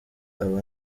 aba